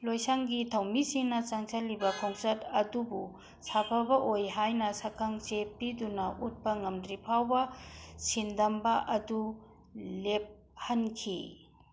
ꯂꯣꯏꯁꯪꯒꯤ ꯊꯧꯃꯤꯁꯤꯡꯅ ꯆꯪꯁꯤꯜꯂꯤꯕ ꯈꯣꯡꯆꯠ ꯑꯗꯨꯕꯨ ꯁꯥꯐꯕ ꯑꯣꯏ ꯍꯥꯏꯅ ꯁꯛꯈꯪ ꯆꯦ ꯄꯤꯗꯨꯅ ꯎꯠꯄ ꯉꯝꯗ꯭ꯔꯤ ꯐꯥꯎꯕ ꯁꯤꯟꯗꯝꯕ ꯑꯗꯨ ꯂꯦꯞꯍꯟꯈꯤ